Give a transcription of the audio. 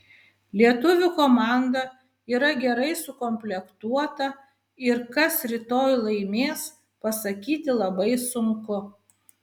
lietuvių komanda yra gerai sukomplektuota ir kas rytoj laimės pasakyti labai sunku